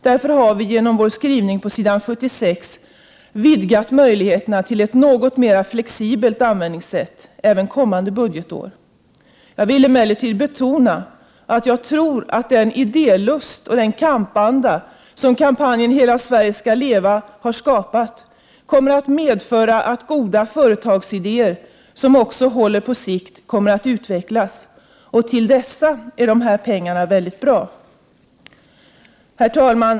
Därför har vi genom vår skrivning på s. 76 velat vidga möjligheterna till ett något mer flexibelt användningssätt även kommande budgetår. Jag vill emellertid betona att jag tror att den idélusta och kampanda som kampanjen Hela Sverige ska leva! har skapat kommer att medföra att goda företagsidéer, som också håller på sikt, kommer att utvecklas, och till dessa är de här pengarna mycket bra. Herr talman!